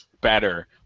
better